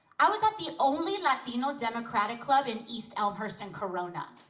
i was at the only latino democratic club in east elmhurst and corona.